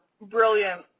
brilliant